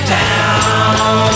down